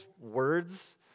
words